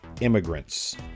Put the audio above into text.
immigrants